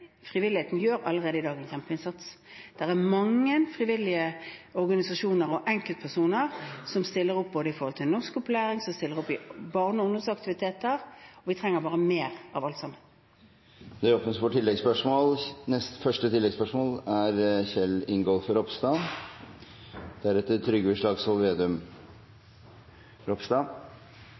allerede i dag gjør en kjempeinnsats. Det er mange frivillige organisasjoner og enkeltpersoner som stiller opp når det gjelder både norskopplæring og barne- og ungdomsaktiviteter, og vi trenger mer av alt sammen. Det åpnes for oppfølgingsspørsmål – først Kjell Ingolf Ropstad.